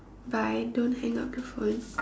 bye don't hang up the phone